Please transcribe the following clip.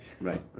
right